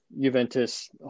Juventus